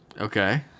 Okay